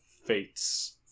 fates